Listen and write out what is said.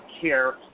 care